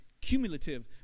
Cumulative